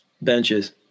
benches